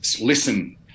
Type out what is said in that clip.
listen